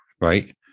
right